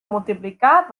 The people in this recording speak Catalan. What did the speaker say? multiplicar